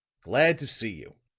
glad to see you.